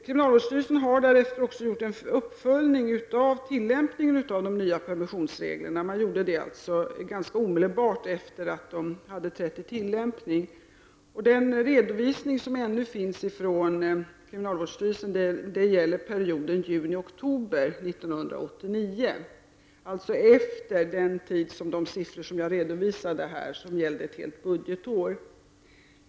Kriminalvårdsstyrelsen har därefter gjort en uppföljning av tillämpningen av de nya permissionsreglerna. Det gjordes alltså ganska omedelbart efter det att de hade börjat tillämpas. Redovisningen från kriminalvårdsstyrelsen gäller perioden juni-oktober 1989, alltså efter den tid som jag redovisade siffror för och som gällde ett helt budgetår.